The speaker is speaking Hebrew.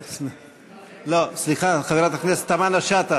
סליחה, חברת הכנסת תמנו-שטה.